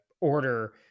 order